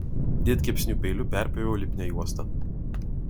didkepsnių peiliu perpjoviau lipnią juostą